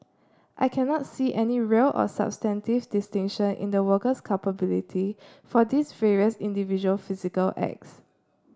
I cannot see any real or substantive distinction in the worker's culpability for these various individual physical acts